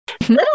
Little